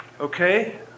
Okay